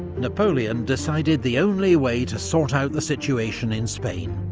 napoleon decided the only way to sort out the situation in spain,